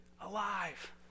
alive